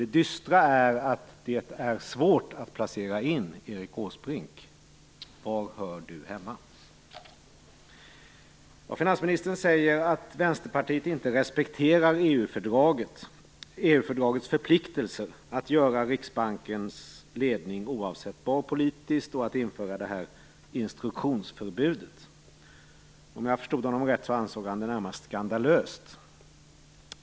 Det dystra är att det är svårt att placera in Erik Åsbrink. Var hör Erik Åsbrink hemma? Finansministern säger att Vänsterpartiet inte respekterar EU-fördragets förpliktelser rörande Riksbankens ledning, oavsett var den står politiskt, och införandet av instruktionsförbudet. Om jag förstod honom rätt ansåg han det närmast skandalöst.